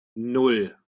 nan